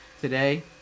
Today